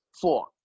Four